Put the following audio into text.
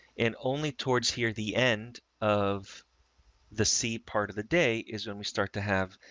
and only towards here, the end of the c part of the day is when we start to have